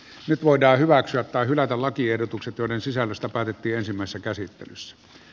nyt voidaan hyväksyä tai hylätä lakiehdotukset joiden sisällöstä päätettiinsimmassa käsittelyssä